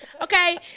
okay